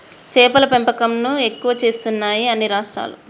చేపల పెంపకం ను ఎక్కువ చేస్తున్నాయి అన్ని రాష్ట్రాలు